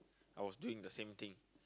I was doing the same thing